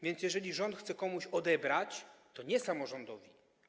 Więc jeżeli rząd chce komuś odebrać, to nie samorządowi.